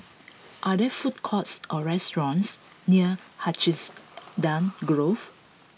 are there food courts or restaurants near Hacienda Grove